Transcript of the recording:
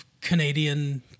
Canadian